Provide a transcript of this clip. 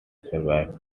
survived